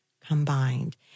combined